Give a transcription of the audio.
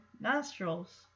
Nostrils